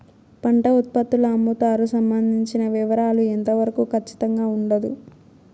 పంట ఉత్పత్తుల అమ్ముతారు సంబంధించిన వివరాలు ఎంత వరకు ఖచ్చితంగా ఉండదు?